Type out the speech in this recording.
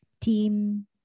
team